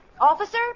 Officer